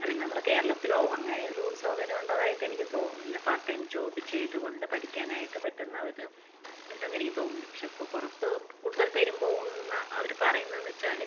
അല്ലെങ്കിൽ നമ്മളുടെ കേരളത്തിലോ അങ്ങനെ ഒരു സൗകര്യം ഉള്ളതായിട്ട് എനിക്ക് തോന്നുന്നില്ല പാർട്ട് ടൈം ജോബ് ചെയ്തുകൊണ്ട് പഠിക്കാനായിട്ട് പറ്റുന്ന ഒരു ഉണ്ടെന്ന് എനിക്ക് തോന്നുന്നില്ല പക്ഷെ ഇപ്പോൾ പുറത്ത് കൂടുതൽ പേരും പോകുന്ന അവർ പറയുന്നതെന്ന് വെച്ചാൽ